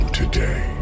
today